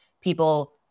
people